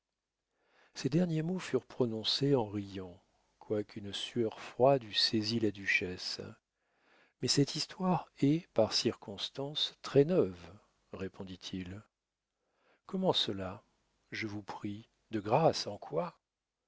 ces derniers mots furent prononcés en riant quoiqu'une sueur froide eût saisi la duchesse mais cette histoire est par circonstance très neuve répondit-il comment cela je vous prie de grâce en quoi